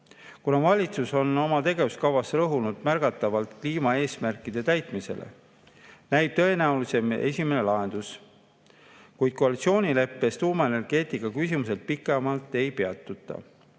Kuna valitsus on oma tegevuskavas rõhunud märgatavalt kliimaeesmärkide täitmisele, näib tõenäolisem esimene lahendus, kuid koalitsioonileppes tuumaenergeetikal pikemalt ei peatuta.